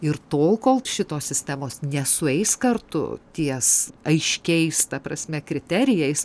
ir tol kol šitos sistemos nesueis kartu ties aiškiais ta prasme kriterijais